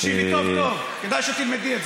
לא יגיד לי מה